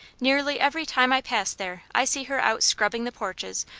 nearly every time i pass there i see her out scrubbing the porches,